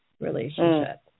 relationship